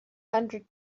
hundred